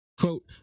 Quote